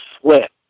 sweat